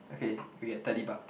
okay we get thirty buck